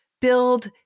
build